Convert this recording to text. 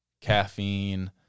caffeine